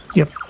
yep.